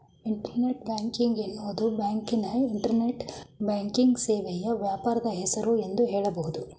internet banking ಎನ್ನುವುದು ಬ್ಯಾಂಕಿನ internet banking ಸೇವೆಯ ವ್ಯಾಪಾರದ ಹೆಸರು ಎಂದು ಹೇಳಬಹುದು